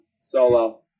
solo